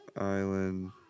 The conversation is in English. Island